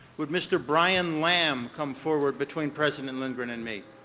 would mr. brian lamb come forward between president lindgren and me.